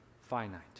finite